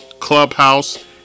Clubhouse